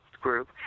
group